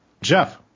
Jeff